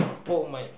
oh my